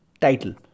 title